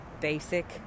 basic